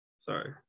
sorry